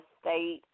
state